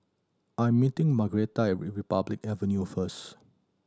I'm meeting Margarett at Republic Avenue first